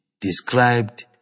described